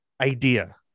idea